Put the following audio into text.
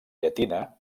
llatina